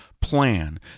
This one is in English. plan